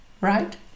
right